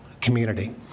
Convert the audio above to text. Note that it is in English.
community